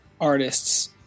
artists